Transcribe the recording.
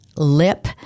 lip